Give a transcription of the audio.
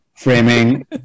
framing